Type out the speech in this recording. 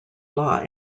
law